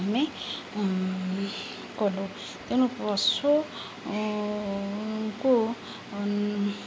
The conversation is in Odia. ଆମେ କଲୁ ତେଣୁ ପଶୁଙ୍କୁ